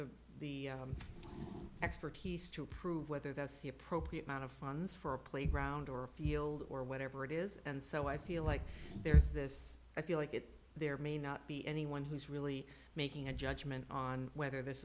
the the expertise to prove whether that's the appropriate amount of funds for a playground or a field or whatever it is and so i feel like there's this i feel like it's there may not be anyone who's really making a judgment on whether this